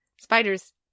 spiders